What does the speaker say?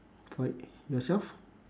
about yourself